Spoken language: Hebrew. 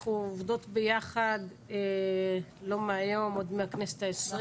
אנחנו עובדות ביחד לא מהיום, עוד מהכנסת ה-20.